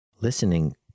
Listening